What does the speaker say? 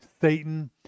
Satan